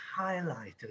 highlighted